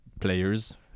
players